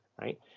right